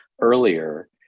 earlier